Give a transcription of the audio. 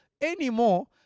anymore